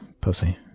pussy